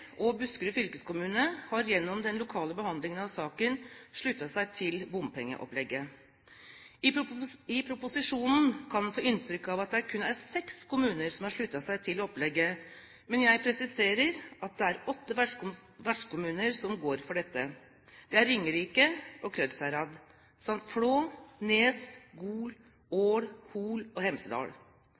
og Buskerud fylkeskommune har gjennom den lokale behandlingen av saken sluttet seg til bompengeopplegget. I proposisjonen kan en få inntrykk av at det kun er seks kommuner som har sluttet seg til opplegget, men jeg presiserer at det er åtte vertskommuner som går for dette. Det er Ringerike, Krødsherad samt Flå, Nes, Gol, Ål, Hol og Hemsedal.